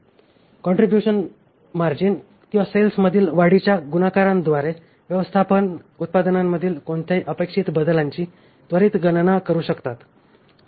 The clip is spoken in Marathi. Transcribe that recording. काँट्रीब्युशन मार्जिन किंवा सेल्समधील वाढीच्या गुणाकारांद्वारे व्यवस्थापक उत्पन्नामधील कोणत्याही अपेक्षित बदलांची त्वरित गणना करू शकतात